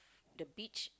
the beach